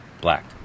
black